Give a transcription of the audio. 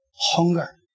Hunger